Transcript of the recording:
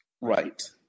Right